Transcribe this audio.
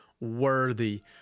worthy